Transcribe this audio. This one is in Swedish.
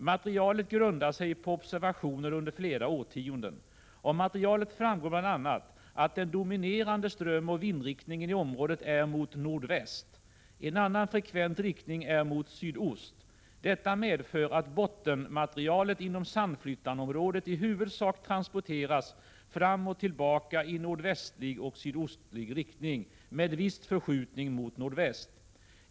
Materialet grundar sig på observationer under flera årtionden. Av materialet framgår bl.a. att den dominerande strömoch vindriktningen i området är mot nordväst. En annan frekvent riktning är mot sydost. Detta medför att bottenmaterialet inom Sandflyttanområdet i huvudsak transporteras fram och tillbaka i nordvästlig och sydostlig riktning, med viss förskjutning mot nordväst.